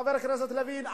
חבר הכנסת לוין,